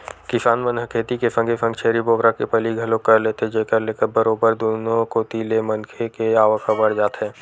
किसान मन ह खेती के संगे संग छेरी बोकरा के पलई घलोक कर लेथे जेखर ले बरोबर दुनो कोती ले मनखे के आवक ह बड़ जाथे